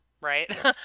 right